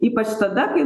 ypač tada kai